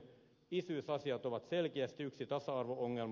isyysasiat ovat selkeästi yksi tasa arvo ongelma